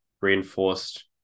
reinforced